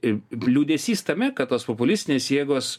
ir liūdesys tame kad tos populistinės jėgos